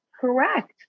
Correct